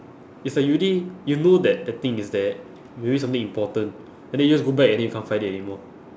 it's like you already you know that that thing is there maybe something important and then you just go back and then you can't find it anymore